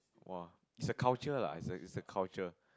!wah! is a culture lah is a is a culture